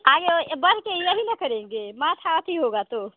आगे वह बस के यही ना करेंगे होगा तो